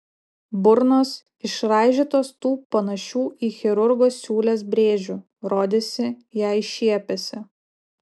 burnos išraižytos tų panašių į chirurgo siūles brėžių rodėsi jai šiepiasi